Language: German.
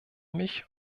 mich